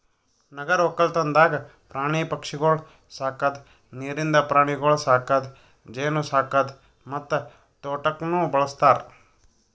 ನಗರ ಒಕ್ಕಲ್ತನದಾಗ್ ಪ್ರಾಣಿ ಪಕ್ಷಿಗೊಳ್ ಸಾಕದ್, ನೀರಿಂದ ಪ್ರಾಣಿಗೊಳ್ ಸಾಕದ್, ಜೇನು ಸಾಕದ್ ಮತ್ತ ತೋಟಕ್ನ್ನೂ ಬಳ್ಸತಾರ್